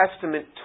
Testament